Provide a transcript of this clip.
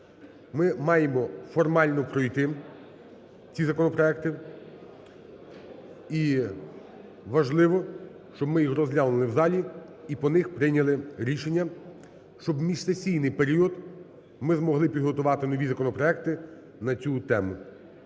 Ми маємо формально пройти ці законопроекти і важливо, щоб ми їх розглянули в залі і по них прийняли рішення, щоб в міжсесійний період ми змогли підготувати нові законопроекти на цю тему.